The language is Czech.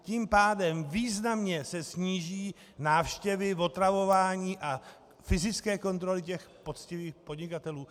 Tím pádem se významně sníží návštěvy, otravování a fyzické kontroly těch poctivých podnikatelů.